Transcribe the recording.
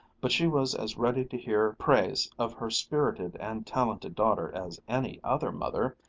but she was as ready to hear praise of her spirited and talented daughter as any other mother,